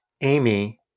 Amy